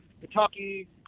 Kentucky